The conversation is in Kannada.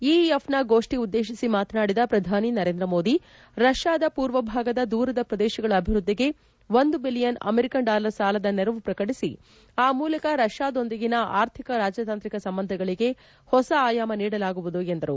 ಇಇಎಫ್ನ ಗೋಡ್ಡಿಯನ್ನು ಉದ್ದೇಶಿಸಿ ಮಾತನಾಡಿದ ಪ್ರಧಾನಿ ನರೇಂದ್ರ ಮೋದಿ ರಷ್ಯಾದ ಪೂರ್ವ ಭಾಗದ ದೂರದ ಪ್ರದೇಶಗಳ ಅಭಿವೃದ್ದಿಗೆ ಒಂದು ಬಿಲಿಯನ್ ಅಮೆರಿಕನ್ ಡಾಲರ್ ಸಾಲದ ನೆರವು ಪ್ರಕಟಿಸಿ ಆ ಮೂಲಕ ರಷ್ಯಾದೊಂದಿಗಿನ ಆರ್ಥಿಕ ರಾಜತಾಂತ್ರಿಕ ಸಂಬಂಧಗಳಿಗೆ ಹೊಸ ಆಯಾಮ ನೀಡಲಾಗುವುದು ಎಂದರು